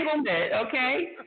okay